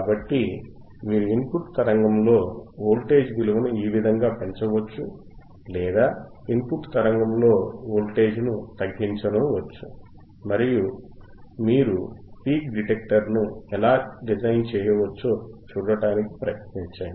కాబట్టి మీరు ఇన్పుట్ తరంగములో వోల్టేజ్ విలువను ఈ విధముగా పెంచవచ్చు లేదా ఇన్పుట్ తరంగములో వోల్టేజ్ను తగ్గించనూవచ్చు మరియు మీరు పీక్ డిటెక్టర్ను ఎలా డిజైన్ చేయవచ్చో చూడటానికి ప్రయత్నించండి